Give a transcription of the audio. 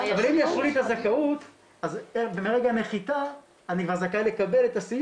אבל אם יאשרו לי את הזכאות מרגע הנחיתה אני כבר זכאי לסיוע